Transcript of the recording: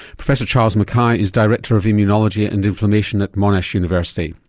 professor charles mackay is director of immunology and inflammation at monash university.